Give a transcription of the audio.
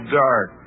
dark